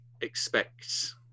expects